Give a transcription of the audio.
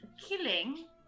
killing